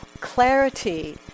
clarity